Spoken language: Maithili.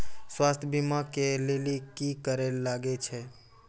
स्वास्थ्य बीमा के लेली की करे लागे छै?